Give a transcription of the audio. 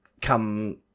come